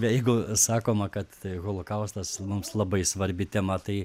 jeigu sakoma kad holokaustas mums labai svarbi tema tai